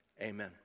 Amen